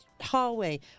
hallway